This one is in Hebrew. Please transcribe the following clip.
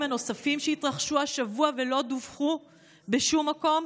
הנוספים שהתרחשו השבוע ולא דווחו בשום מקום,